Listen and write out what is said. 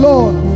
Lord